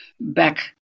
back